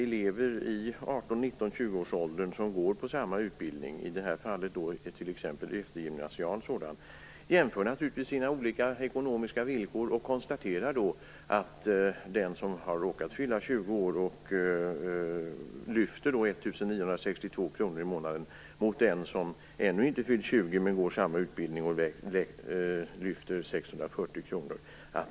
Elever i 18-, 19 eller 20-årsåldern som går på samma utbildning, t.ex. eftergymnasial sådan, jämför naturligtvis sina olika ekonomiska villkor, och konstaterar då att den som har råkat fylla 20 år lyfter 1 962 kr i månaden, medan en som ännu inte fyllt 20 men som går samma utbildning lyfter 640 kr.